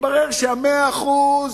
והתברר שהמאה אחוז...